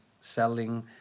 selling